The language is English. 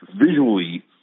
visually